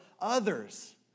others